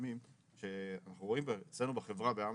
החסמים שאנחנו רואים אצלינו נגיד בחברה, באמדוקס,